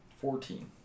Fourteen